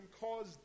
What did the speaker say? cause